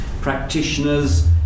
practitioners